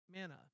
mana